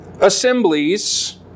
assemblies